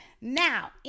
Now